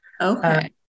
Okay